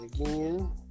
again